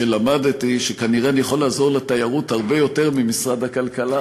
שלמדתי שכנראה אני יכול לעזור לתיירות הרבה יותר ממשרד הכלכלה,